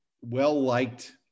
well-liked